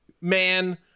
man